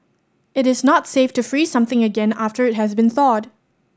it is not safe to freeze something again after it has been thawed